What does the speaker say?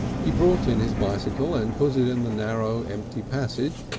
he brought in his bicycle and put it in the narrow, empty passage,